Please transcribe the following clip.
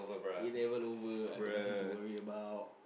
A-levels over I got nothing to worry about